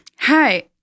Hi